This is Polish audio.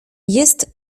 jest